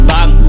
Bang